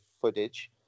footage